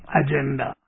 agenda